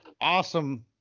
awesome